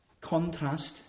contrast